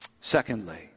Secondly